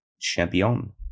champion